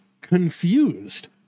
confused